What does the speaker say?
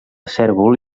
cérvol